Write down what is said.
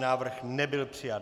Návrh nebyl přijat.